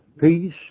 peace